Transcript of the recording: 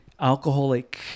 alcoholic